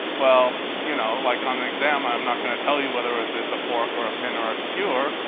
well, you know, like on an exam, i'm not going to tell you whether it's it's a fork or a pin or a skewer,